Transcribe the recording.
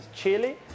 chili